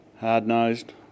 hard-nosed